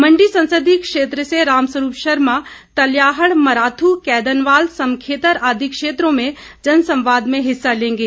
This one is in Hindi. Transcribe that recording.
मंडी संसदीय क्षेत्र से रामस्वरूप शर्मा तल्याहड़ मराथू कैदनवाल समखेतर आदि क्षेत्रों में जनसंवाद में हिस्सा लेंगे